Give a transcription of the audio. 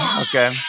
Okay